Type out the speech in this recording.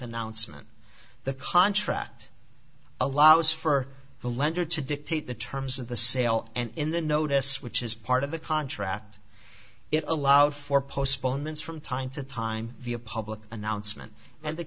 announcement the contract allows for the lender to dictate the terms of the sale and in the notice which is part of the contract it allowed for postponements from time to time via public announcement and the